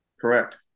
Correct